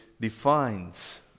defines